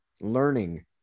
learning